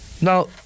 Now